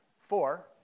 four